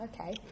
okay